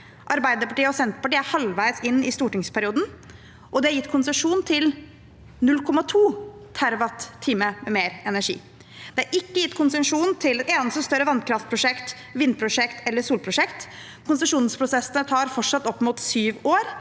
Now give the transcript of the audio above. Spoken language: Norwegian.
Arbeiderpartiet og Senterpartiet er halvveis inn i stortingsperioden, og de har gitt konsesjon til 0,2 TWh mer energi. Det er ikke gitt konsesjon til et eneste større vannkraftprosjekt, vindprosjekt eller solprosjekt. Konsesjonsprosessene tar fortsatt opp mot sju år.